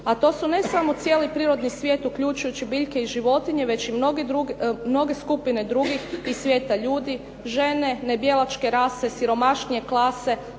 a to su ne samo cijeli prirodni svijet uključujući biljke i životinje već i mnoge skupine drugih iz svijeta ljudi, žene, nebjelačke rase, siromašnije klase,